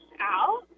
out